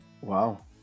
wow